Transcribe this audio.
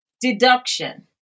deduction